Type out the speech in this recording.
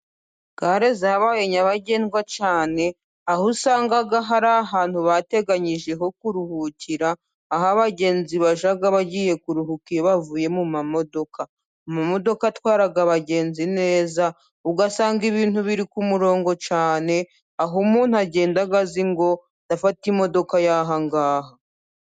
Gare zabaye nyabagendwa cyane aho usanga hari ahantu bateganyije ho kuruhukira, aho abagenzi bajya bagiye kuruhuka iyo bavuye mu mamodoka. Mu modoka atwara abagenzi neza ugasanga ibintu biri ku murongo cyane aho umuntu agenda azi ngo ndafata imodoka y'ahangaha.